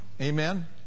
Amen